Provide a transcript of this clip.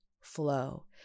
flow